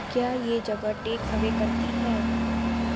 کیا یہ جگہ ٹیک اوے کرتی ہے